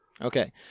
Okay